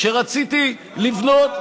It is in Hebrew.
כשרציתי לבנות,